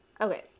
Okay